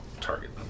target